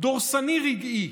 דורסני רגעי,